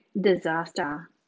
disaster